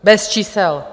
Bez čísel.